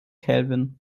kelvin